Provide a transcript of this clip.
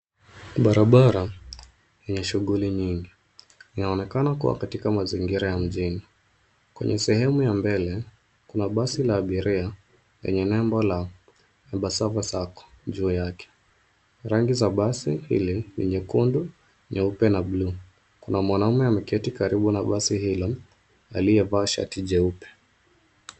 Barabara yenye shughuli nyingi. Inaonekana kuwa katika mazingira ya mjini. Sehemu ya mbele kuna basi la abiria lenye nebo la Embassava Sacco juu yake. Rangi za basi ile ni nyekundu, nyeupe na bluu. Kuna mwanaume ameketi karibu na basi ile aliyevaa shati jeupe.